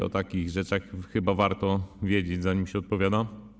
O takich rzeczach chyba warto wiedzieć, zanim się odpowiada.